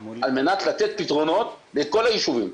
על מנת לתת פתרונות לכל היישובים.